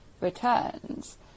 returns